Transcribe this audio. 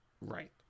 Right